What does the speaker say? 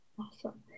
Awesome